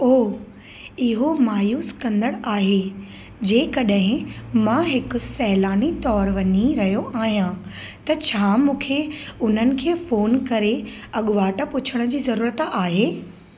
ओह इहो मायूसु कंदड़ आहे जे कड॒हिं मां हिकु सैलानी तौर वञी रहियो आहियां त छा मूंखे उन्हनि खे फ़ोन करे अॻिवाट पुछण जी ज़रूरत आहे